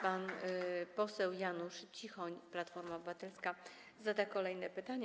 Pan poseł Janusz Cichoń, Platforma Obywatelska, zada kolejne pytanie.